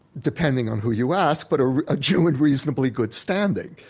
depending on who you ask, but ah a jew in reasonably good standing.